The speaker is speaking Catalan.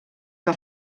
que